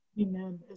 Amen